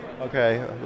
Okay